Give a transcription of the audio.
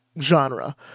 genre